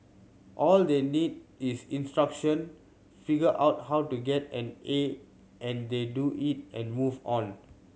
all they need is instruction figure out how to get an A and they do it and move on